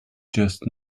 just